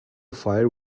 fire